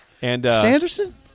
Sanderson